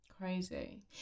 Crazy